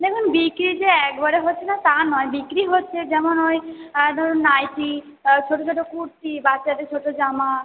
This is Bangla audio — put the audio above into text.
দেখুন বিক্রি যে একবারে হচ্ছে না তা নয় বিক্রি হচ্ছে যেমন ওই ধরুন নাইটি আর ছোট ছোট কুর্তি বাচ্চাদের ছোট জামা